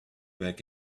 back